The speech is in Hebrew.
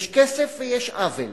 יש כסף ויש עוול.